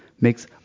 Makes